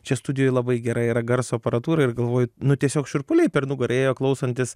čia studijoj labai gera yra garso aparatūra ir galvoju nu tiesiog šiurpuliai per nugarą ėjo klausantis